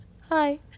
hi